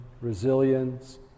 resilience